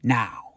now